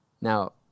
Now